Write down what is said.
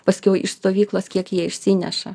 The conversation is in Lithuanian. paskiau iš stovyklos kiek jie išsineša